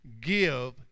give